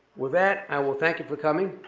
with that, i will thank you for coming,